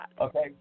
Okay